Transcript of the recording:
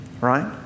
Right